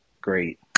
Great